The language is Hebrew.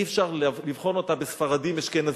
אי-אפשר לבחון אותה בספרדים ואשכנזים.